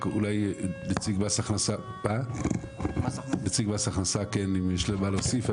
רק אולי נציג מס הכנס האם יש לו מה להוסיף,